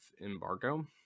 embargo